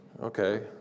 Okay